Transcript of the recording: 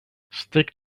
stick